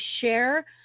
share